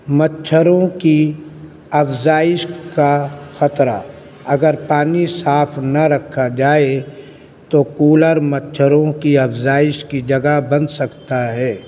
مچھروں کی افزائش کا خطرہ اگر پانی صاف نہ رکھا جائے تو کولر مچھروں کی افزائش کی جگہ بن سکتا ہے